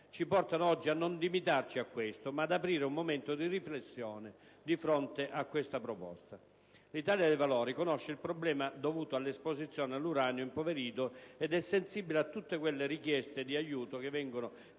ci portano oggi a non limitarci a questo ma ad aprire un momento di riflessione di fronte a tale proposta. L'Italia dei Valori conosce il problema dovuto all'esposizione all'uranio impoverito ed è sensibile a tutte le richieste di aiuto che vengono dai